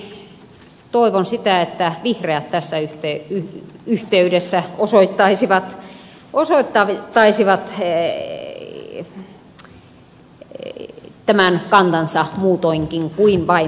erityisesti toivon sitä että vihreät tässä yhteydessä osoittaisivat tämän kantansa muutoinkin kuin vain puheissa